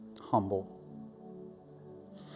humble